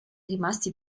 rimasti